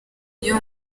iyo